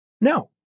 No